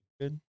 Good